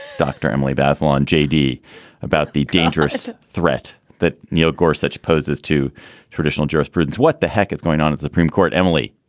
dr. emily bazelon, jd, about the dangerous threat that neil gorsuch poses to traditional jurisprudence. what the heck is going on at supreme court, emily?